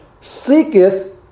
seeketh